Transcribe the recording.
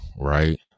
right